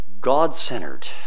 God-centered